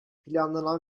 planlanan